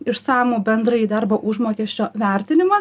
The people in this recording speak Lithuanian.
išsamų bendrąjį darbo užmokesčio vertinimą